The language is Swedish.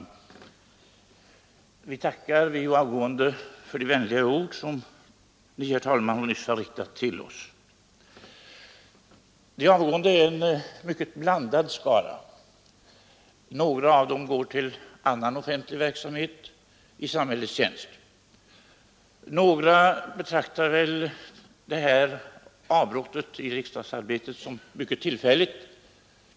Herr talman! Vi avgående tackar för de vänliga ord som Ni, herr talman, nyss har riktat till oss. De avgående är en mycket blandad skara. Några av dem går till annan offentlig verksamhet i samhällets tjänst. Några betraktar väl det här avbrottet i riksdagsarbetet som mycket tillfälligt.